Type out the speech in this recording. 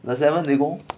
the seventh 围攻